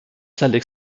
salles